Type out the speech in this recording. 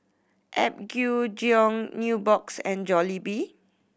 Apgujeong Nubox and Jollibee